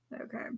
Okay